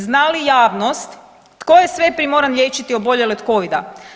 Zna li javnost tko je sve primoran liječiti oboljele od covida?